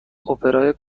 اپرای